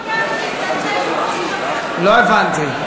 חכה, לא הבנתי.